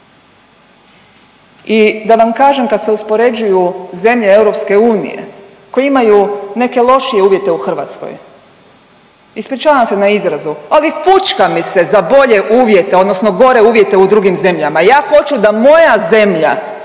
I da vam kažem, kad se uspoređuju zemlje EU koje imaju neke lošije uvjete u Hrvatskoj, ispričavam se na izrazu, ali fućka mi se za bolje uvjete odnosno gore uvjete u drugim zemljama. Ja hoću da moja zemlja